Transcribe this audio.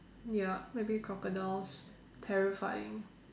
ya maybe crocodiles terrifying